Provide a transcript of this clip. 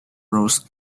rose